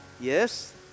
yes